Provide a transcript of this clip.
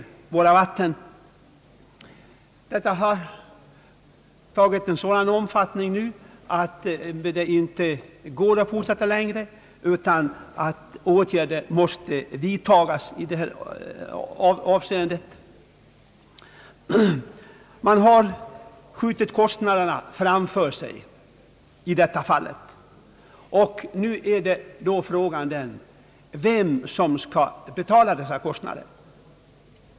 Denna nedsmutsning har nu tagit en sådan omfattning att den inte kan få fortsätta längre. Åtgärder måste därför vidtagas på detta område. Man har när det gäller dessa frågor åberopat kostnaderna, och nu är alltså frågan vem som skall betala kostnaderna.